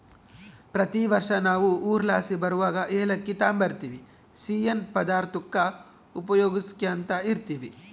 ಪ್ರತಿ ವರ್ಷ ನಾವು ಊರ್ಲಾಸಿ ಬರುವಗ ಏಲಕ್ಕಿ ತಾಂಬರ್ತಿವಿ, ಸಿಯ್ಯನ್ ಪದಾರ್ತುಕ್ಕ ಉಪಯೋಗ್ಸ್ಯಂತ ಇರ್ತೀವಿ